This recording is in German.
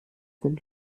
sind